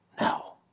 Now